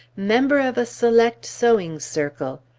member of a select sewing circle!